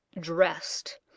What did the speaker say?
dressed